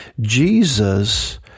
Jesus